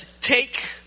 take